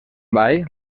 ball